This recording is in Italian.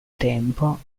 tempo